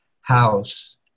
house